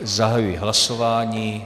Zahajuji hlasování.